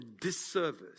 disservice